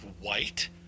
white